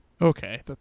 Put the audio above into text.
Okay